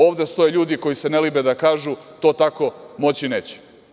Ovde stoje ljudi koji se ne libe da kažu – to tako moći neće.